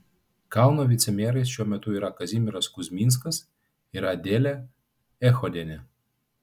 kauno vicemerais šiuo metu yra kazimieras kuzminskas ir adelė echodienė